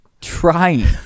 trying